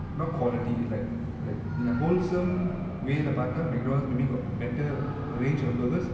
not quality like like in a wholesome way lah பாத்தா:patha mcdonald's maybe got better range of burgers